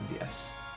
yes